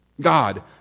God